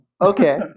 Okay